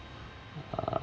err